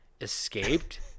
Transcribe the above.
escaped